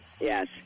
Yes